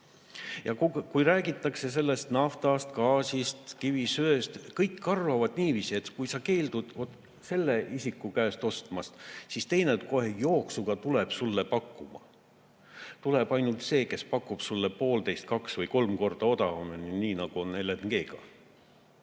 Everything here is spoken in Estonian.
Ja kui räägitakse naftast, gaasist ja kivisöest, siis kõik arvavad niiviisi, et kui sa keeldud selle isiku käest ostmast, siis teine kohe jooksuga tuleb sulle pakkuma. Tuleb ainult see, kes pakub sulle poolteist kuni kaks või kolm korda [kallimalt], nii nagu on LNG-ga.